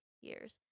years